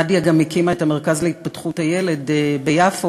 נאדיה גם הקימה את המרכז להתפתחות הילד ביפו,